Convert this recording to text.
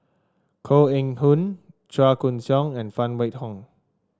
Koh Eng Hoon Chua Koon Siong and Phan Wait Hong